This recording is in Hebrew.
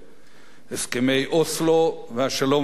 הסכמי אוסלו והשלום עם ירדן,